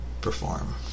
perform